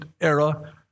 era